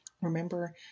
Remember